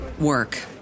work